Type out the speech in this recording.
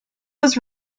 was